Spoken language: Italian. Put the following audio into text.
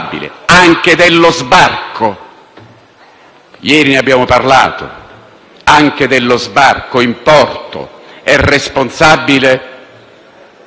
Ieri ne abbiamo parlato: anche dello sbarco in porto è responsabile l'Amministrazione marittima.